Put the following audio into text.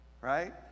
Right